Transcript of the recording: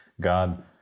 God